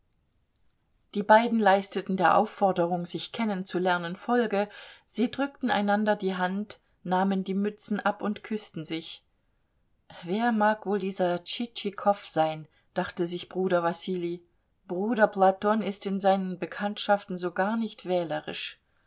die beiden leisteten der aufforderung sich kennenzulernen folge sie drückten einander die hand nahmen die mützen ab und küßten sich wer mag wohl dieser tschitschikow sein dachte sich bruder wassilij bruder platon ist in seinen bekanntschaften so gar nicht wählerisch